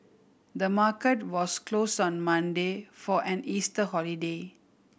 the market was closed on Monday for an Easter holiday